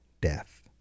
death